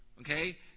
Okay